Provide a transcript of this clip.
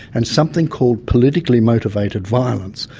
and something called politically motivated violence,